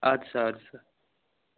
اَدٕ سا اَدٕ سا